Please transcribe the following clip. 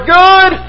good